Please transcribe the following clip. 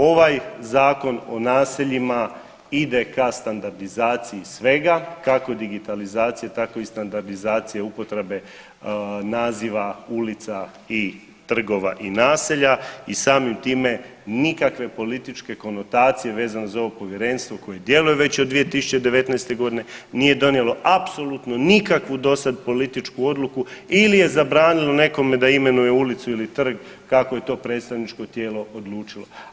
Ovaj Zakon o naseljima ide ka standardizaciji svega kako digitalizacije tako i standardizacije upotrebe naziva ulica i trgova i naselja i samim time nikakve političke konotacije vezano za ovo povjerenstvo koje djeluje već od 2019. godine nije donijelo apsolutno nikakvu dosada političku odluku ili je zabranilo nekome da imenuje ulicu ili trg kako je to predstavničko tijelo odlučilo.